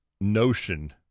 notion